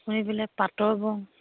আপুনি বোলে পাটৰ বওঁ